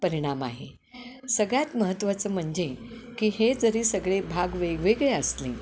परिणाम आहे सगळ्यात महत्त्वाचं म्हणजे की हे जरी सगळे भाग वेगवेगळे असले